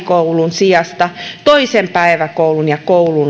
sijasta toisen päiväkodin ja koulun lapsilleen